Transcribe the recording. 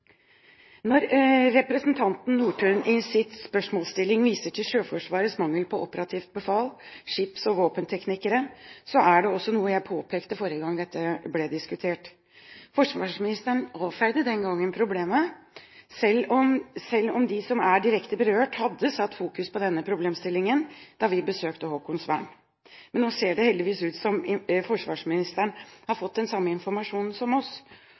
Når representanten Nordtun i sin spørsmålsstilling viser til Sjøforsvarets mangel på operativt befal, skips- og våpenteknikere, er det noe jeg påpekte forrige gang dette ble diskutert. Forsvarsministeren avfeide den gangen problemet, selv om de som er direkte berørt, hadde fokusert på denne problemstillingen da vi besøkte Haakonsvern. Men nå ser det heldigvis ut som om forsvarsministeren har fått den samme informasjonen som oss,